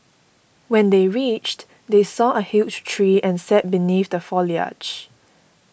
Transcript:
when they reached they saw a huge tree and sat beneath the foliage